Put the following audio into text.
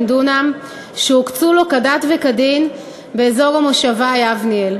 ל-3,000 דונם שהוקצו לו כדת וכדין באזור המושבה יבנאל.